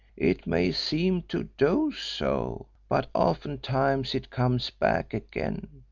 it may seem to do so, but oftentimes it comes back again,